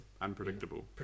unpredictable